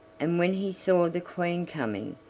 and when he saw the queen coming,